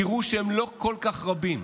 תראו שהם לא כל כך רבים.